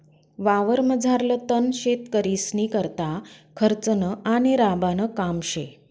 वावरमझारलं तण शेतकरीस्नीकरता खर्चनं आणि राबानं काम शे